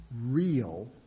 real